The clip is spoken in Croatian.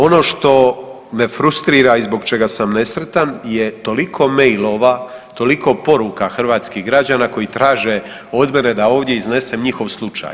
Ono što me frustrira i zbog čega sam nesretan je toliko mailova, toliko poruka hrvatskih građana koji traže od mene da ovdje iznesem njihov slučaj.